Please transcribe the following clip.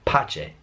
Pace